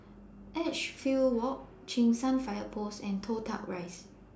Edgefield Walk Cheng San Fire Post and Toh Tuck Rise